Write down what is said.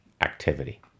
activity